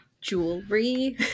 Jewelry